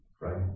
Right